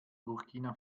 burkina